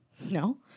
No